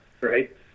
Right